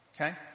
Okay